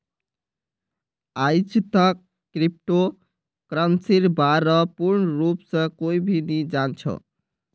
आईजतक क्रिप्टो करन्सीर बा र पूर्ण रूप स कोई भी नी जान छ